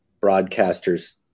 broadcasters